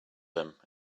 them